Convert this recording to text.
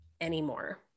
anymore